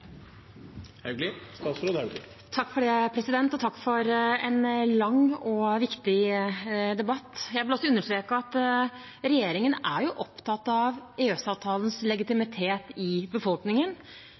det. Takk for en lang og viktig debatt. Jeg vil også understreke at regjeringen er opptatt av